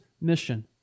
mission